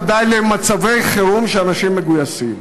וודאי וודאי למצבי חירום שאנשים מגויסים.